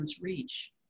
reach